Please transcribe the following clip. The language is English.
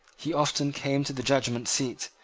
he often came to the judgment seat,